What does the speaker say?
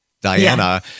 diana